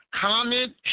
comment